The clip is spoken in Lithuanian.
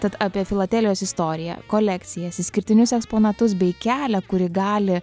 tad apie filatelijos istoriją kolekcijas išskirtinius eksponatus bei kelią kurį gali